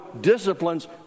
disciplines